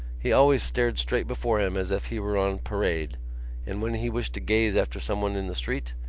he always stared straight before him as if he were on parade and, when he wished to gaze after someone in the street,